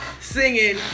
Singing